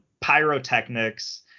pyrotechnics